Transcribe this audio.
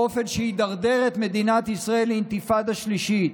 באופן שידרדר את מדינת ישראל לאינתיפאדה שלישית,